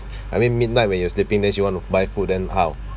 I mean midnight when you're sleeping then she want to buy food then how